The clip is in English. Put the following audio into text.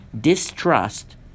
distrust